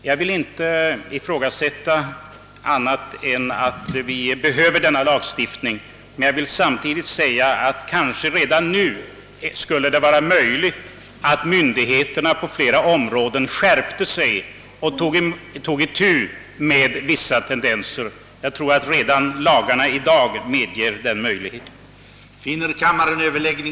Jag ifrågasätter inte att vi behöver en lagstiftning på detta område, men jag vill också säga att det kanske redan nu skulle vara möjligt för myndigheterna att skärpa sig på flera områden och ta itu med vissa tendenser som nu finns. Jag tror att redan de lagar vi har i dag medger den möjligheten.